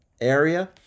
area